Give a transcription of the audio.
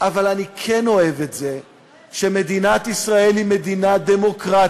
אבל אני כן אוהב את זה שמדינת ישראל היא מדינה דמוקרטית,